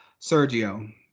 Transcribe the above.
Sergio